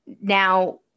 Now